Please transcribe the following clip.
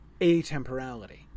atemporality